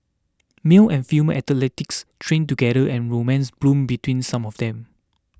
male and female athletes trained together and romance blossomed between some of them